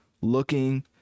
looking